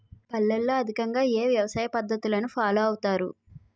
పల్లెల్లో అధికంగా ఏ వ్యవసాయ పద్ధతులను ఫాలో అవతారు?